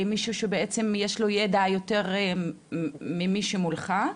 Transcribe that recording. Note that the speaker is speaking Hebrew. למישהו שבעצם יש לו ידע יותר ממי שמולך.